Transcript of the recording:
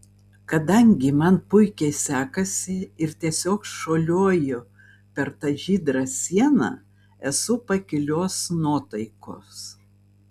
kadangi man puikiai sekasi ir tiesiog šuoliuoju per tą žydrą sieną esu pakilios nuotaikos